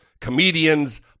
comedians